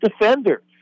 defender